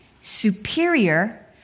superior